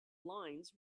lines